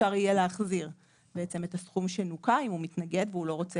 אפשר יהיה להחזיר את הסכום שנוכה אם הוא מתנגד והוא לא רוצה